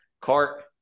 Cart